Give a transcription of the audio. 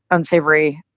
unsavory